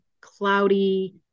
cloudy